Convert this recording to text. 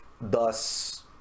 thus